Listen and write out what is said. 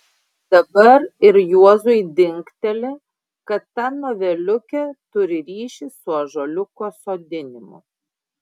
dabar ir juozui dingteli kad ta noveliukė turi ryšį su ąžuoliuko sodinimu